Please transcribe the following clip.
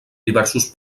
diversos